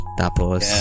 tapos